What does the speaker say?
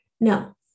No